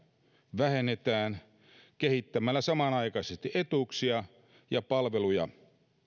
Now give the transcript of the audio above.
vähennetään kehittämällä samanaikaisesti etuuksia ja palveluja